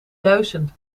duizend